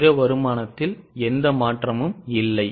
பிற வருமானத்தில் எந்த மாற்றமும் இல்லை